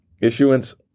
issuance